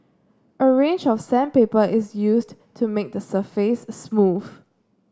a range of sandpaper is used to make the surface smooth